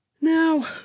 now